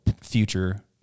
future